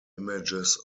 images